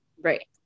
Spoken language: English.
right